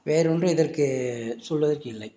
வேறு ஒன்றும் இதற்கு சொல்வதற்கு இல்லை